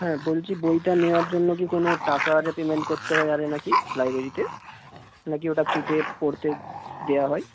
হ্যাঁ বলছি বইটা নেওয়ার জন্য কি কোনো টাকা আরে পেমেন্ট করতে হয় আরে না কি লাইব্রেরিতে না কি ওটা ফ্রিতে পড়তে দেওয়া হয়